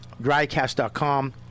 drycast.com